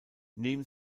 neben